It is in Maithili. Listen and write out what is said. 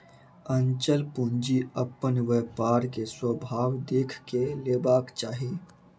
अचल पूंजी अपन व्यापार के स्वभाव देख के लेबाक चाही